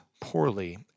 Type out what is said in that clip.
poorly